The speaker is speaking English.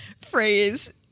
phrase